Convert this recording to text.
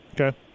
Okay